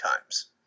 times